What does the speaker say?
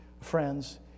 friends